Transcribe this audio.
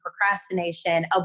procrastination